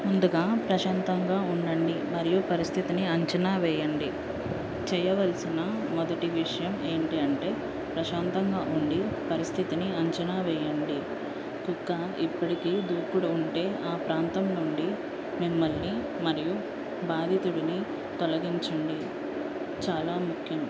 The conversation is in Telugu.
ముందుగా ప్రశాంతంగా ఉండండి మరియు పరిస్థితిని అంచనా వేయండి చేయవలసిన మొదటి విషయం ఏంటి అంటే ప్రశాంతంగా ఉండి పరిస్థితిని అంచనా వేయండి కుక్క ఇప్పటికే దూకుడు ఉంటే ఆ ప్రాంతం నుండి మిమ్మల్ని మరియు బాధితుడిని తొలగించండి చాలా ముఖ్యం